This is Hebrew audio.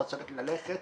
אתה צריך ללכת